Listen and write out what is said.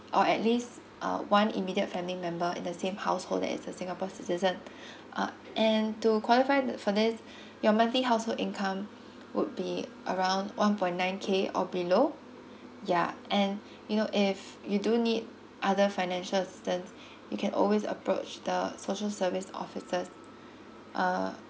or at least uh one immediate family member in the same household that is a singapore citizen uh and to qualify for this your monthly household income would be around one point nine K or below yeah and you know if you do need other financial assistance you can always approach the social service officers uh